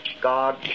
God